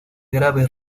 graves